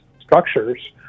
structures